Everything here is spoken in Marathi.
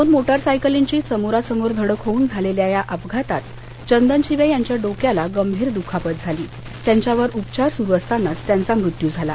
दोन मोटारसायकलींची समोरासमोर धडक होऊन झालेल्या या अपघातात चंदनशिवे यांच्या डोक्याला गंभीर दुखापत झाली त्यांच्यावर उपचार सुरू असतानाच त्यांचा मृत्यू झाला